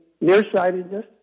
nearsightedness